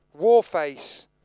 Warface